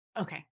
Okay